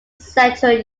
central